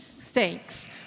Thanks